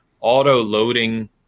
auto-loading